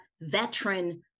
Veteran